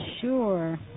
Sure